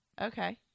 Okay